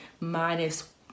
minus